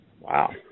wow